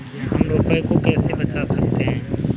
हम रुपये को कैसे बचा सकते हैं?